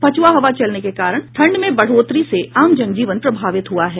पछुआ हवा चलने के कारण ठंड में बढ़ोतरी से आम जनजीवन प्रभावित हुआ है